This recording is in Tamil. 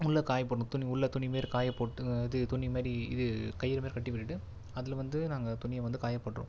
உள்ளே காயை போட்டுனு உள்ளே துணி மாரி காயை போட்டு இது துணி மாரி இது கயிறு மாரி கட்டி விட்டுட்டு அதில் வந்து நாங்கள் துணியை வந்து காயை போட்டுருவோம்